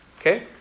Okay